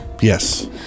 Yes